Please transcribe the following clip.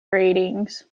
ratings